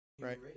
right